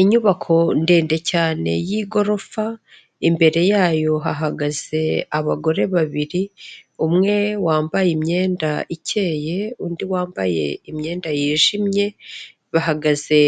Inyubako ndende cyane yigorofa, imbere yayo hahagaze abagore babiri, umwe wambaye imyenda ikeye, undi wambaye imyenda yijimye, bahagaze